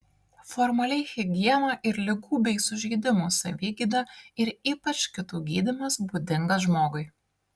formaliai higiena ir ligų bei sužeidimų savigyda ir ypač kitų gydymas būdingas žmogui